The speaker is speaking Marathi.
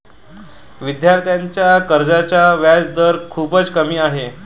विद्यार्थ्यांच्या कर्जाचा व्याजदर खूपच कमी आहे